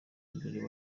mbere